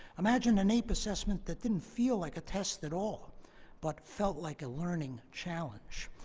imagine a naep assessment that didn't feel like a test at all but felt like a learning challenge.